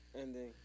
ending